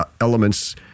elements